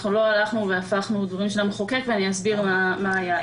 אנחנו לא הפכנו דברים של המחוקק, ואסביר מה היה.